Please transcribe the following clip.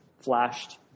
flashed